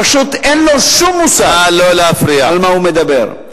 פשוט אין לו שום מושג על מה הוא מדבר.